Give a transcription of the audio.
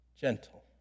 gentle